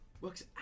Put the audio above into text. Works